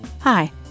Hi